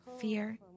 Fear